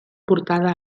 portada